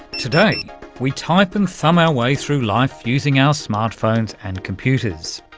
today we type and thumb our way through life using our smart phones and computers.